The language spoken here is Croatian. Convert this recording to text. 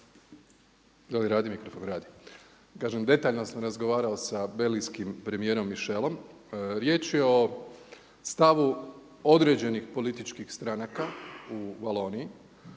Je li radi mikrofon? Radi. Kažem, detaljno sam razgovarao sa belgijskim premijerom Michelom. Riječ je o stavu određenih političkih stranaka u Valoniji